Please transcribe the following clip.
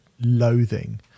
loathing